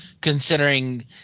Considering